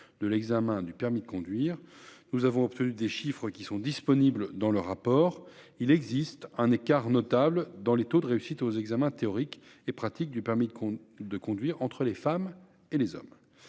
de l'examen du permis de conduire. Nous avons obtenu des chiffres, et nous les avons fait figurer dans le rapport de la commission. Il existe un écart notable dans les taux de réussite aux examens théorique et pratique du permis de conduire entre les femmes et les hommes.